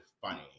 funny